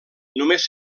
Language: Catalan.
només